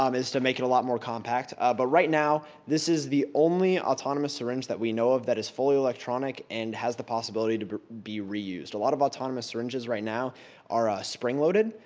um is to make it a lot more compact. but right now, this is the only autonomous syringe that we know of that is fully electronic and has the possibility to be re-used. a lot of autonomous syringes right now are ah spring loaded.